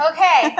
Okay